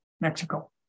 Mexico